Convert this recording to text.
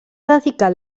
dedicat